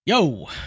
Yo